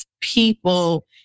people